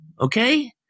okay